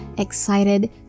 excited